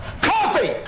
coffee